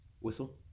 Whistle